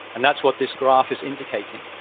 and that's what this graph is indicating.